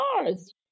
cars